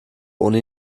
ohne